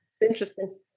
interesting